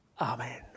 Amen